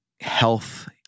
health-